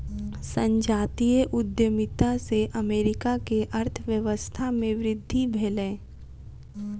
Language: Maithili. संजातीय उद्यमिता से अमेरिका के अर्थव्यवस्था में वृद्धि भेलै